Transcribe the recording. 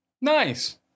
nice